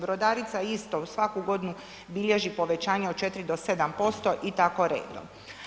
Brodarica isto svaku godinu bilježi povećanje od 4 do 7% i tako redom.